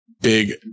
Big